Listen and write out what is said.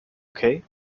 okay